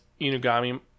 Inugami